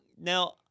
Now